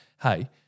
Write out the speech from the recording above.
hey